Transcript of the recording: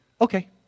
okay